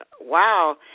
wow